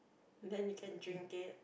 then we can drink it